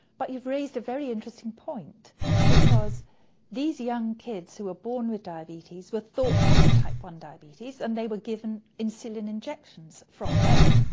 but you've raised a very interesting point because these young kids who are born with diabetes were thought to have type one diabetes and they were given insulin injections from birth.